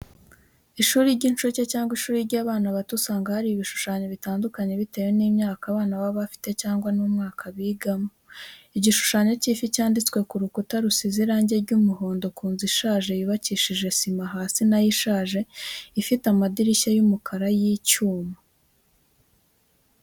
Ishuri ry'inshuke cyangwa ishuri ry'abana bato usanga hari ibishushanyo bitandukanye bitewe n'imyaka abana bafite cyangwa n'umwaka bigamo. Igishushanyo cy’ifi cyanditswe ku rukuta rusize irangi ry’umuhondo, ku nzu ishaje, yubakishije sima hasi na yo ishaje, ifite amadirishya y'umukara y'icyuma.